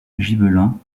gibelin